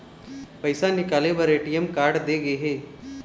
पइसा निकाले बर ए.टी.एम कारड दे गे हे